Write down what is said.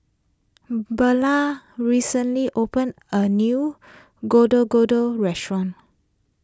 Beulah recently opened a new Gado Gado restaurant